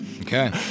Okay